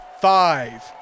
Five